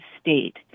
state